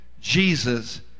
Jesus